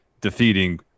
defeating